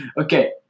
Okay